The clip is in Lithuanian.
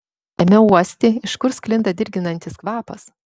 ėmiau uosti iš kur sklinda dirginantis kvapas